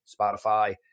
Spotify